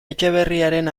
etxeberriaren